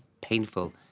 painful